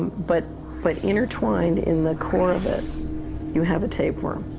but but intertwined in the core of it you have a tapeworm.